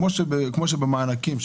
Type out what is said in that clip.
כמו במענקים,